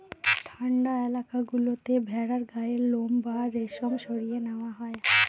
ঠান্ডা এলাকা গুলোতে ভেড়ার গায়ের লোম বা রেশম সরিয়ে নেওয়া হয়